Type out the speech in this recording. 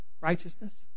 Righteousness